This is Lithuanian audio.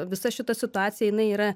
visa šita situacija jinai yra